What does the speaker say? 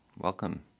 Welcome